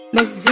Miss